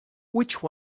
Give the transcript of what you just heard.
which